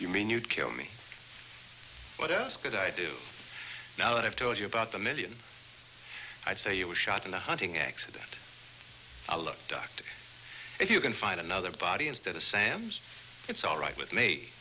you mean you'd kill me what else could i do now that i've told you about the million i'd say you were shot in the hunting accident i look doctor if you can find another body instead assam's it's all right with me